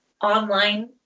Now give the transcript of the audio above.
online